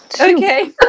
Okay